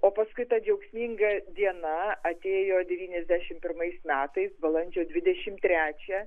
o paskui ta džiaugsminga diena atėjo devyniasdešimt pirmais metais balandžio dvidešimt trečią